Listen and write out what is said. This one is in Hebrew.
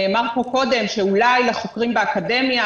נאמר פה קודם שאולי לחוקרים באקדמיה,